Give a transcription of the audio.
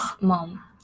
mom